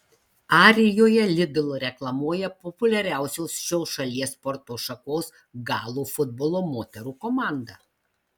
arijoje lidl reklamuoja populiariausios šios šalies sporto šakos galų futbolo moterų komanda